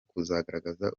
kugaragaza